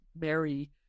Mary